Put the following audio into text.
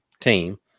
team